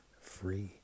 free